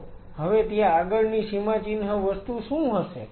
તો હવે ત્યાં આગળની સીમાચિહ્ન વસ્તુ શું હશે